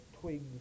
twigs